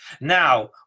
Now